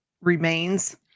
remains